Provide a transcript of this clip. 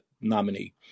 nominee